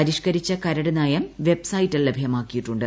പരിഷ്കരിച്ച കരട് നയം വെബ്സൈറ്റിൽ ലഭ്യമാക്കിയിട്ടുണ്ട്